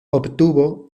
obtuvo